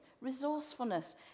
resourcefulness